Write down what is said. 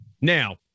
Now